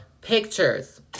pictures